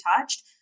touched